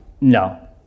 No